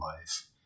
life